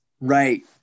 Right